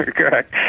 ah correct.